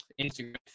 Instagram